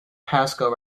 pasco